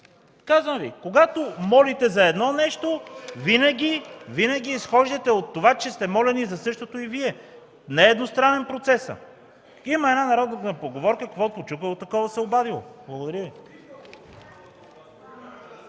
закони. Когато молите за нещо (реплики от КБ), винаги изхождайте от това, че сте молени за същото и Вие. Не е двустранен процесът. Има една народна поговорка – „Каквото почукало, такова се обадило”. Благодаря Ви.